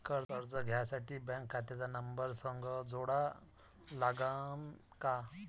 कर्ज घ्यासाठी बँक खात्याचा नंबर संग जोडा लागन का?